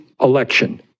election